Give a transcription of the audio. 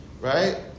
right